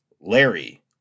Larry